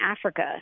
Africa